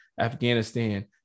Afghanistan